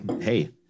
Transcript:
hey